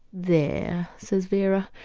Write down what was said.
there says vera,